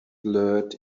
blurred